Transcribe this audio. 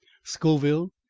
scoville,